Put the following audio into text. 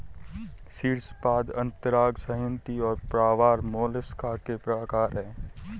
शीर्शपाद अंतरांग संहति और प्रावार मोलस्का के प्रकार है